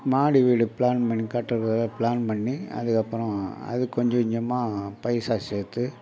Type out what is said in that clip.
மாடி வீடு ப்ளான் பண்ணி கட்டுறதுக்காக ப்ளான் பண்ணி அதுக்கப்புறம் அதுக்கு கொஞ்சம் கொஞ்சமாக பைசா சேர்த்து